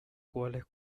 cuales